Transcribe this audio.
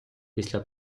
після